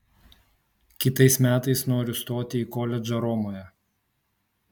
kitais metais noriu stoti į koledžą romoje